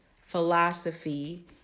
philosophy